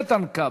איתן כבל.